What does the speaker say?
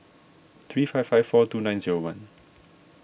three five five four two nine zero one